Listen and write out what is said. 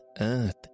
earth